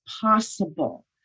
possible